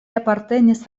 apartenis